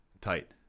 tight